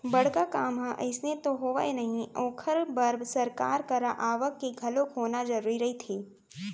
बड़का काम ह अइसने तो होवय नही ओखर बर सरकार करा आवक के घलोक होना जरुरी रहिथे